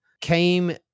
came